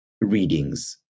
readings